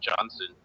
Johnson